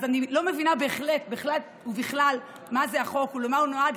אז אני לא מבינה בהחלט ובכלל מה זה החוק ולמה הוא נועד,